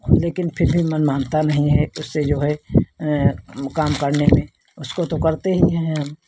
लेकिन फिर भी मन मानता नहीं है उससे जो है काम करने में उसको तो करते ही हैं